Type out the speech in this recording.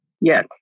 Yes